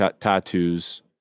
tattoos